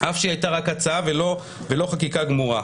אף שהיא הייתה רק הצעה ולא חקיקה גמורה.